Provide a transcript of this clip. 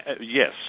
Yes